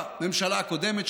גם בממשלה הקודמת,